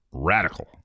Radical